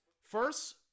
First